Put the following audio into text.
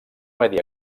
medi